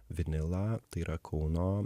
vinilą tai yra kauno